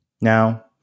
Now